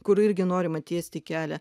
kur irgi norima tiesti kelią